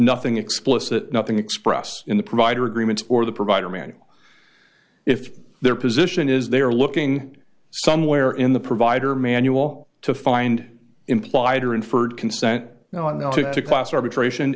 nothing explicit nothing express in the provider agreement or the provider meaning if their position is they're looking somewhere in the provider manual to find implied or inferred consent to class arbitration